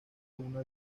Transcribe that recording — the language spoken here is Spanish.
una